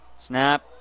Snap